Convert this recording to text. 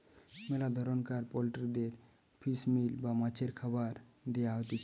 মেলা ধরণকার পোল্ট্রিদের ফিশ মিল বা মাছের খাবার দেয়া হতিছে